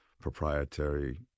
proprietary